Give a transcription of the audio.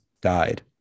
died